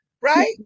right